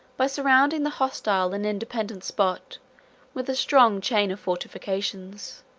by surrounding the hostile and independent spot with a strong chain of fortifications,